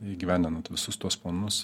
įgyvendinant visus tuos planus